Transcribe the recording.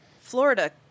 Florida